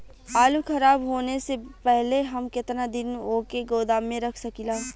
आलूखराब होने से पहले हम केतना दिन वोके गोदाम में रख सकिला?